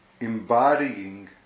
embodying